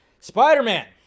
Spider-Man